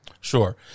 Sure